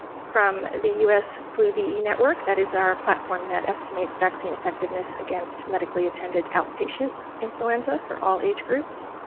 from the us flu ve network, that is our platform that estimates vaccine effectiveness against medically attended outpatient influenza for all age groups.